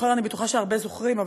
לזכור אני בטוחה שהרבה זוכרים,